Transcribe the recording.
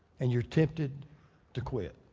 and you're tempted to quit.